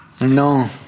No